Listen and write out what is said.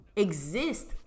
exist